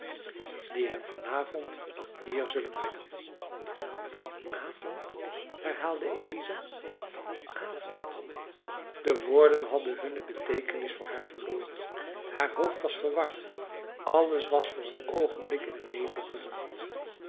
die hem van avond hier zullen brengen van avond herhaalde eliza van avond de woorden hadden hunne beteekenis voor haar verloren haar hoofd was verward alles was voor een oogenblik in een nevel gehuld